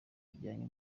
bijyanye